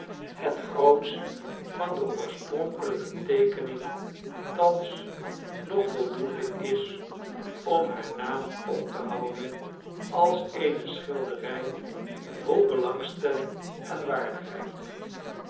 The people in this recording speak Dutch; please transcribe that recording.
het grootsche van de oorspronkelijke teekening thans nog voldoende is om haar naam op te houden als eene schilderij vol belangstelling en waardigheid